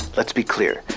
let's be clear,